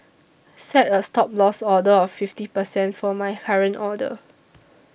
set a Stop Loss order of fifty percent for my current order